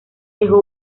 dejó